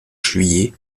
juillet